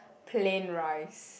plain rice